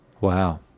Wow